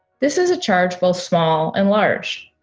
this is a charge both small and large.